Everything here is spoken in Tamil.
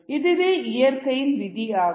இதுவே இயற்கையின் விதி ஆகும்